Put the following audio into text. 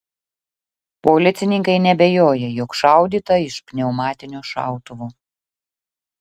policininkai neabejoja jog šaudyta iš pneumatinio šautuvo